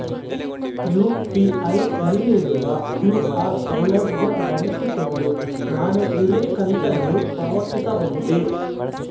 UPI ನಲ್ಲಿರುವ QR ಸೌಲಭ್ಯ ಬಳಸಿಕೊಂಡು ನಾನು ವಿಮೆ ಕಂತನ್ನು ಪಾವತಿಸಬಹುದೇ?